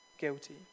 guilty